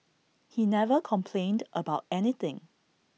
he never complained about anything